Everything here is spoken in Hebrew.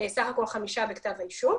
סך הכול חמישה בכתב האישום.